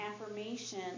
affirmation